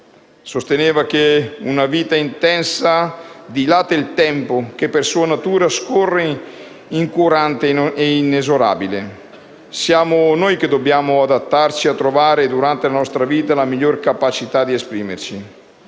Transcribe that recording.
Sosteneva: «Una vita intensa dilata il tempo che, per sua natura, scorre incurante e inesorabilmente. Siamo noi che dobbiamo adattarci e trovare, nella durata della nostra vita, la miglior capacità di esprimerci.